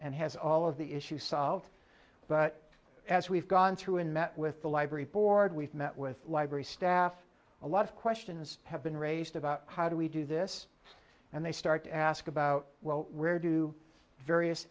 and has all of the issue solved but as we've gone through and met with the library board we've met with library staff a lot of questions have been raised about how do we do this and they start to ask about well where do various